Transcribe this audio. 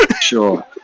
Sure